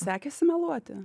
sekėsi meluoti